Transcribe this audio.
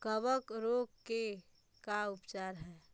कबक रोग के का उपचार है?